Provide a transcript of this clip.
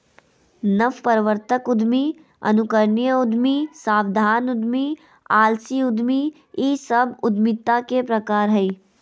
नवप्रवर्तक उद्यमी, अनुकरणीय उद्यमी, सावधान उद्यमी, आलसी उद्यमी इ सब उद्यमिता के प्रकार हइ